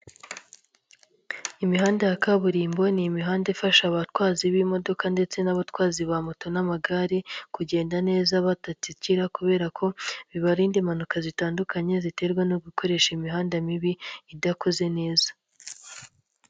Imihanda ya kaburimbo ni imihanda ifasha abatwazi b'imodoka ndetse n'abatwazi ba moto n'amagare, kugenda neza batatikira kubera ko, bibarinda impanuka zitandukanye ziterwa no gukoresha imihanda mibi, idakoze neza.